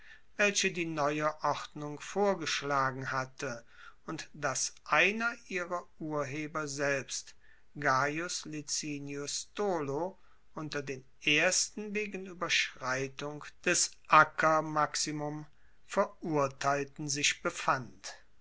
welche die neue ordnung vorgeschlagen hatte und dass einer ihrer urheber selbst gaius licinius stolo unter den ersten wegen ueberschreitung des ackermaximum verurteilten sich befand